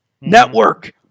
Network